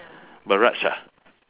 barrage ah